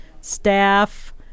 staff